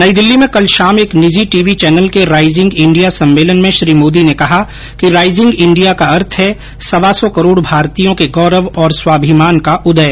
नई दिल्ली में कल शाम एक निजी टीवी चैनल के राइजिंग इंडिया सम्मेलन में श्री मोदी ने कहा कि राइजिंग इंडिया का अर्थ है सवा सौ करोड़ भारतीयों के गौरव और स्वाभिमान का उदय